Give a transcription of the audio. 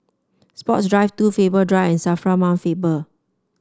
Sports Drive Two Faber Drive and Safra Mount Faber